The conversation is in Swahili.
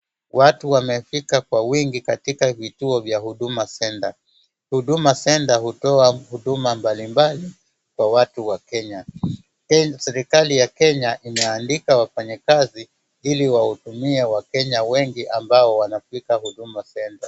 Watu wamefika kwa wingi katka vituo vya Huduma Center. Huduma center hutoa huduma mbalimbali kwa watu wa Kenya. Hii ni serikali ya Kenya imeandika wafanyikazi ili wahudumie wakenya wengi ambao wanafika Huduma Center.